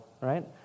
right